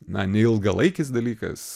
na ne ilgalaikis dalykas